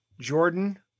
Jordan